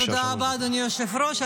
היושב-ראש.